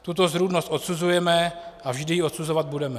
Tuto zrůdnost odsuzujeme a vždy ji odsuzovat budeme.